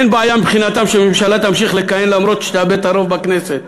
אין בעיה מבחינתם שממשלה תמשיך לכהן למרות שתאבד את הרוב בכנסת,